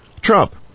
Trump